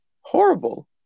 horrible